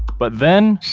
but then,